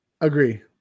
Agree